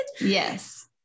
Yes